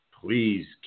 Please